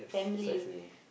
precisely